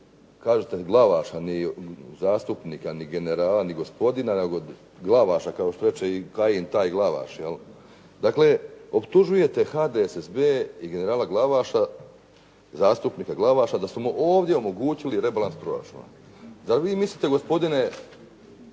kažete Glavaša, ni zastupnika, ni generala, ni gospodina nego Glavaša kao što reče i Kajin taj Glavaš, jel'. Dakle, optužujete HDSSB i generala Glavaša, zastupnika Glavaša da smo ovdje omogućili rebalans proračuna. Zar vi mislite gospodine